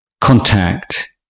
contact